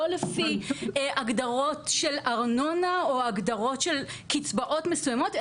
לא לפי הגדרות של ארנונה או הגדרות של קצבאות מסוימות,